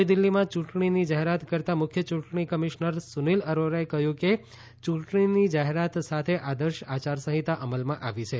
નવી દિલ્ફીમાં યુંટણીની જાહેરાત કરતાં મુખ્ય યૂંટણી કમિશનર સુનિલ અરોરાએ કહ્યું કે યૂંટણીની જાહેરાત સાથે આદર્શ આચારસંહિતા અમલમાં આવી છે